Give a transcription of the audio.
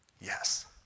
Yes